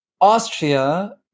austria